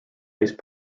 ice